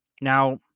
Now